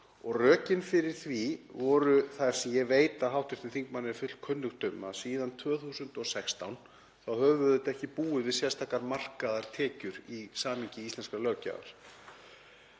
rökin fyrir því voru þau, sem ég veit að hv. þingmanni er fullkunnugt um, að síðan 2016 höfum við ekki búið við sérstakar markaðar tekjur í samhengi íslenskrar löggjafar.